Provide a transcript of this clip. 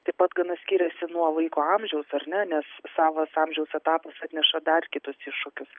taip pat gana skiriasi nuo vaiko amžiaus ar ne nes savas amžiaus etapas atneša dar kitus iššūkius